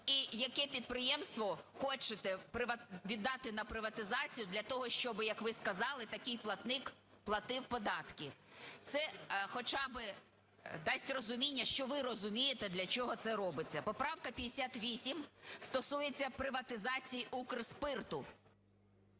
і яке підприємство хочете віддати на приватизацію для того, щоб, як ви сказали, такий платник платив податки. Це хоча би дасть розуміння, що ви розумієте, для чого це робиться. Поправка 58 стосується приватизації Укрспирту.